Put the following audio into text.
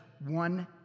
One